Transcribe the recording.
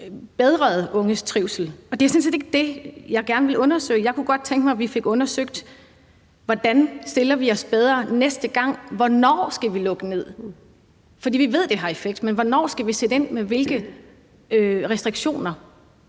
bedret unges trivsel, men det er sådan set ikke det, jeg gerne vil undersøge. Jeg kunne godt tænke mig, at vi fik undersøgt, hvordan vi stiller os bedre næste gang, og hvornår vi skal lukke ned. Vi ved, at det har en effekt, men spørgsmålet er, hvornår vi skal sætte ind med hvilke restriktioner.